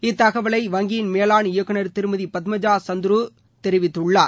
இத்தகவலை வங்கியின் மேலாண் இயக்குனர் திருமதி பத்மஜா சுந்துரு தெரிவித்தார்